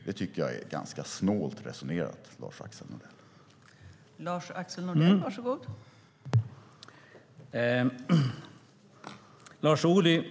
Det tycker jag är ganska snålt resonerat, Lars-Axel Nordell.